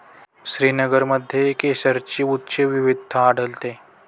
श्रीनगरमध्ये केशरची उच्च विविधता आढळते